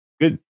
good